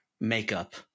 makeup